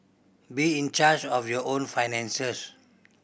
be in charge of your own finances